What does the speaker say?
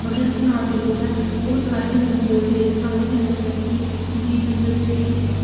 हून जेह्ड़े ग्रांऽ दे लोग ऐ ओह् सारें कन्नै बोलदे सारें कन्नै मतलब कि उंदी मतलब जेह्ड़ी